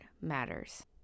matters